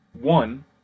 one